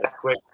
quick